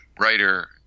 writer